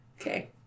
Okay